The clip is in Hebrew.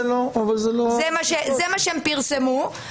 זה מה שהם פרסמו,